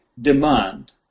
demand